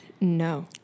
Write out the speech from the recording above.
No